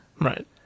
Right